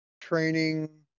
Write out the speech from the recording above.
training